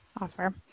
Offer